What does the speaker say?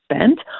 spent